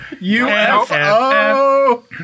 U-F-O